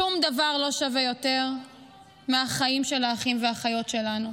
שום דבר לא שווה יותר מהחיים של האחים והאחיות שלנו.